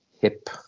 hip